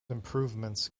improvements